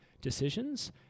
decisions